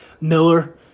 Miller